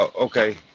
Okay